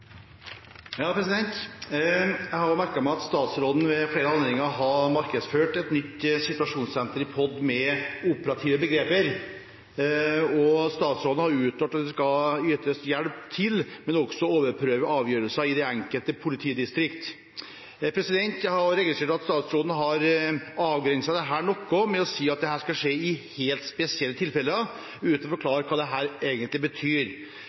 Jeg har også merket meg at statsråden ved flere anledninger har markedsført et nytt situasjonssenter i POD med operative begreper, og statsråden har uttalt at det skal yte hjelp til, men også overprøve avgjørelser i de enkelte politidistrikt. Jeg har også registrert at statsråden har avgrenset dette noe ved å si at dette skal skje i helt spesielle tilfeller, uten å forklare hva dette egentlig betyr.